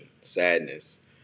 sadness